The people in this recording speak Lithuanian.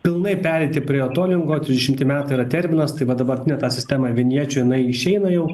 pilnai pereiti prie atolingo trisdešimti metai yra terminas tai va dabartinė ta sistema vinječių jinai išeina jau